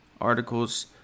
articles